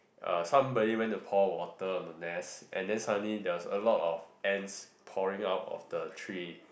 uh somebody went to pour water on the nest and then suddenly there was a lot of ants pouring out of the tree